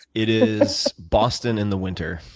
it is boston in the winter.